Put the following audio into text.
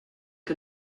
que